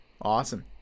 Awesome